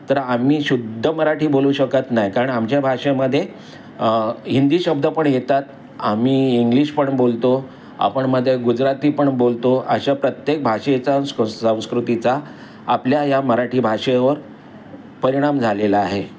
तर आम्ही शुद्ध मराठी बोलू शकत नाय कारण आमच्या भाषेमधे हिंदी शब्द पण येतात आम्ही इंग्लिश पण बोलतो आपणमदे गुजरातीपण बोलतो अशा प्रत्येक भाषेचा स्क्रौ संस्कृतीचा आपल्या ह्या मराठी भाषेवर परिणाम झालेला आहे